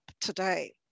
today